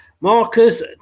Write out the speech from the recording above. Marcus